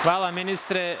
Hvala ministre.